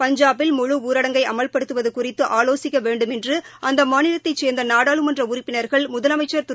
பஞ்சாபில் முழு ஊரடங்கை அமல்படுத்துவது குறித்து ஆலோசிக்க வேண்டும் என்று அந்த மாநிலத்தைச் சேர்ந்த நாடாளுமன்ற உறுப்பினர்கள் முதலமைச்சர் திரு